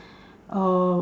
or